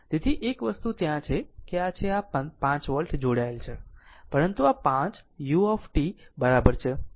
તેથી એક વસ્તુ ત્યાં છે કે આ છે આ 5 વોલ્ટ જોડાયેલ છે પરંતુ આ 5 u બરાબર છે